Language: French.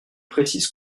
précise